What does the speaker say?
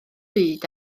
byd